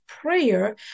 prayer